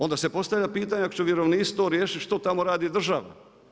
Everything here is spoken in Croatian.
Onda se postavlja pitanje ako će vjerovništvo riješiti, što tamo radi država?